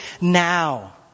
now